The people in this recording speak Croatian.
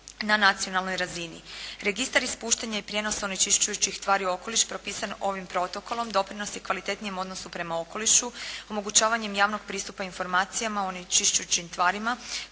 na nacionalnoj razini.